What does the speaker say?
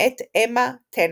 מאת אמה טננט.